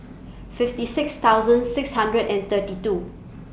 fifty six thousand six hundred and thirty two